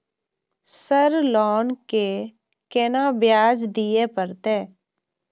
Sir loan के केना ब्याज दीये परतें?